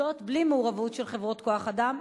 זאת בלי מעורבות של חברות כוח-אדם,